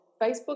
Facebook